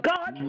God